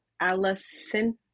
Allison